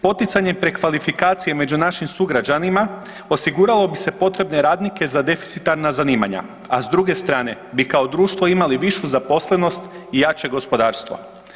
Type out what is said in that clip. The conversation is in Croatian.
Poticanje prekvalifikacije među našim sugrađanima osiguralo bi se potrebne radnike za deficitarna zanimanja, a s druge strane bi kao društvo imali višu zaposlenost i jače gospodarstvo.